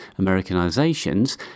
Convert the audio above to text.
Americanizations